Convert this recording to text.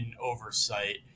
oversight